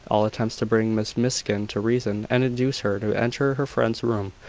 all attempts to bring miss miskin to reason, and induce her to enter her friend's room,